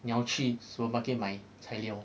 你要去 supermarket 买材料